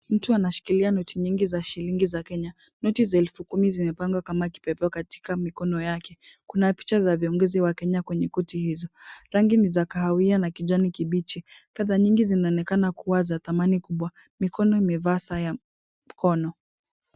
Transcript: Mtu anashikilia noti nyingi za shilingi za Kenya. Noti za elfu kumi zimepangwa kama kipepeo katika mikono yake. Kuna picha za viongozi wa Kenya kwenye noti hizo. Rangi ni za kahawia na kijani kibichi. Fedha nyingi zinaonekana kuwa za thamani kubwa. Mikono imevaa saa ya mkono.